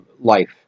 life